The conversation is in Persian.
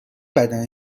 بدن